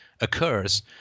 occurs